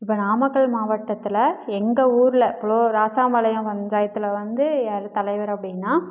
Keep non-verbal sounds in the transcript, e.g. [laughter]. இப்போ நாமக்கல் மாவட்டத்தில் எங்கள் ஊரில் [unintelligible] ராசாப்பாளையம் பஞ்சாயத்தில் வந்து யார் தலைவர் அப்படின்னா